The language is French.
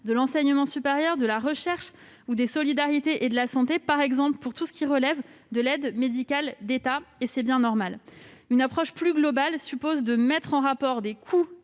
de l'enseignement supérieur et de la recherche ou des solidarités et de la santé, par exemple au titre de l'aide médicale d'État (AME)- c'est bien normal ! Une approche plus globale suppose de mettre en rapport les coûts